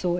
so